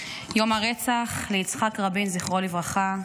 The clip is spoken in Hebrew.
יום הזיכרון לרצח יצחק רבין, זכרו לברכה,